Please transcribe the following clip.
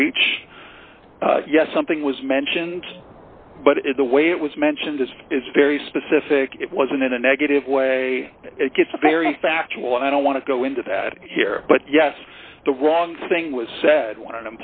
breach yes something was mentioned but in the way it was mentioned this is very specific it wasn't in a negative way it gets very factual and i don't want to go into that here but yes the wrong thing was said when